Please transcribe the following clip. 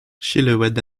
selaouit